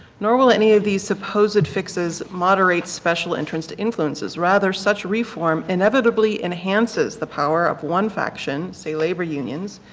normally any of these suppose it fixes moderate special interest to influence rather such reform and everly enhances the power of one faction, see labor unions,